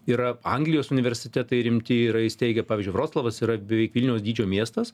yra anglijos universitetai rimti yra įsteigę pavyzdžiui vroclavas yra beveik vilniaus dydžio miestas